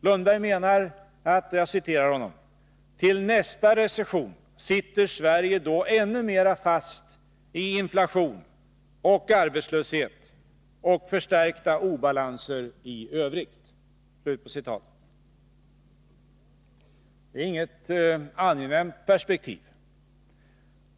Professor Lundblad säger: ”Till nästa recession sitter Sverige då ännu mera fast i inflation och arbetslöshet och förstärkta obalanser i övrigt.” Det är inget angenämt perspektiv.